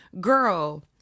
girl